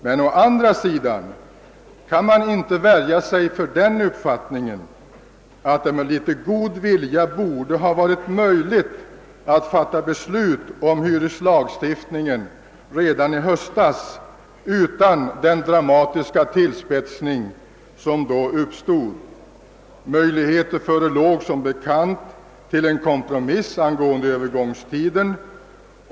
Man kan dock inte värja sig för den uppfattningen, att det med litet god vilja borde ha gått att fatta beslut om hyreslagstiftningen redan i höstas utan den dramatiska tillspetsning som uppkom. Möjligheter förelåg som bekant att göra en kompromiss angående övergångstiden.